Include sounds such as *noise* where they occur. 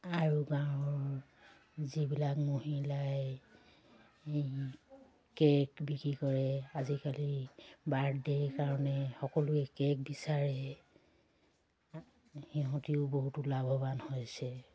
আৰু গাঁৱৰ যিবিলাক মহিলাই এই কেক বিক্ৰী কৰে আজিকালি বাৰ্থডেৰ কাৰণে সকলোৱে কেক বিচাৰে *unintelligible* সিহঁতেও বহুতো লাভৱান হৈছে